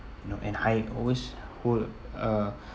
know and I always hold uh